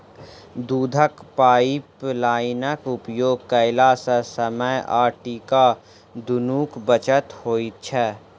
दूधक पाइपलाइनक उपयोग कयला सॅ समय आ टाका दुनूक बचत होइत छै